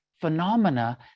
phenomena